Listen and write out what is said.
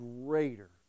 greater